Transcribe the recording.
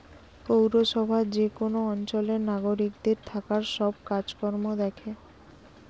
পৌরসভা যে কোন অঞ্চলের নাগরিকদের থাকার সব কাজ কর্ম দ্যাখে